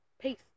peace